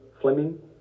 Fleming